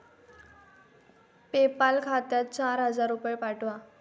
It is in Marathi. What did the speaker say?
पेपाल खात्यात चार हजार रुपये पाठवा